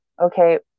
okay